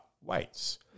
weights